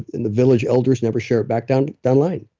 and the village elders never share it back down down line